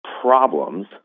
problems